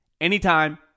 anytime